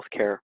healthcare